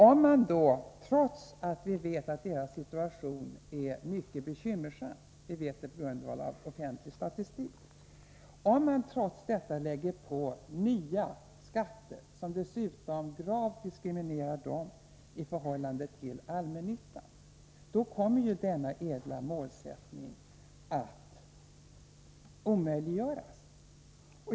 Om man då, trots att vi vet att situationen enligt offentlig statistik för det äldre fastighetsbeståndet är mycket bekymmersam, lägger på nya skatter som dessutom gravt diskriminerar dessa fastigheter i förhållande till allmännyttan, kommer ju denna ädla målsättning att omöjliggöras.